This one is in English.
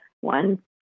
one